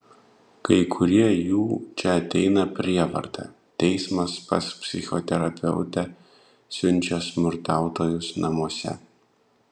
kai kurie jų čia ateina prievarta teismas pas psichoterapeutę siunčia smurtautojus namuose